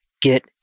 get